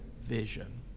vision